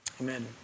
Amen